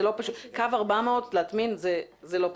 להטמין קו 400 זה לא פשוט.